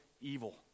evil